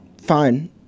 fine